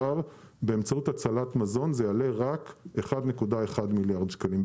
באמצעות הצלת מזון זה יעלה רק 1.1 מיליארד שקלים,